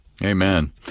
Amen